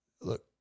look